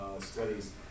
studies